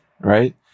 right